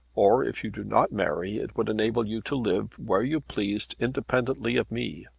or, if you do not marry, it would enable you to live where you pleased independently of me.